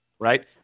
Right